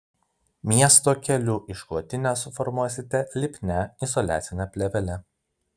miesto kelių išklotinę suformuosite lipnia izoliacine plėvele